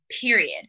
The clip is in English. Period